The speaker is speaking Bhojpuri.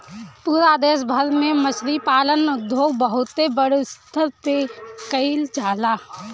पूरा देश भर में मछरी पालन उद्योग बहुते बड़ स्तर पे कईल जाला